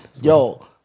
Yo